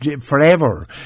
forever